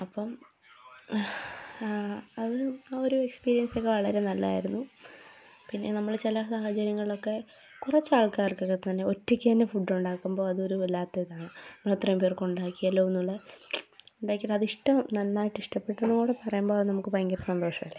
അപ്പം അത് ആ ഒരു എക്സ്പീരിയൻസ് ഒക്കെ വളരെ നല്ലതായിരുന്നു പിന്നെ നമ്മൾ ചില സാഹചര്യങ്ങളിലൊക്കെ കുറച്ച് ആൾക്കാർക്കൊക്കെ തന്നെ ഒറ്റയ്ക്ക് തന്നെ ഫുഡ് ഉണ്ടാക്കുമ്പോൾ അതൊരു വല്ലാത്ത ഇതാണ് നമ്മൾ ഇത്രയും പേർക്ക് ഉണ്ടാക്കിയല്ലോ എന്നുള്ള ഉണ്ടാക്കിയിട്ട് അത് ഇഷ്ട നന്നായിട്ട് ഇഷ്ടപ്പെട്ടു എന്നുംകൂടെ പറയുമ്പോൾ അത് നമുക്ക് ഭയങ്കര സന്തോഷമല്ലേ